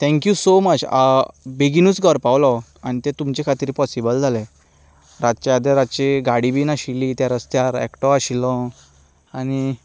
thank you so much बेगीनूच घरा पावलो आनी तें तुमचे खातीर पोसीबल जालें रातची गाडी बी नाशिल्ली त्या रस्त्यार एकटो आशिल्लों आनी